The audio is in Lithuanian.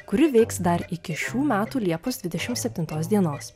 kuri veiks dar iki šių metų liepos dvidešimt septintos dienos